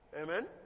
Amen